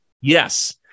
Yes